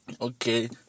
Okay